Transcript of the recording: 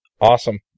awesome